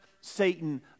Satan